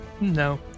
No